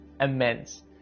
immense